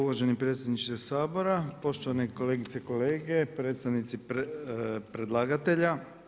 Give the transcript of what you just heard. Uvaženi predsjedniče Sabora, poštovane kolegice i kolege, predstavnici predlagatelja.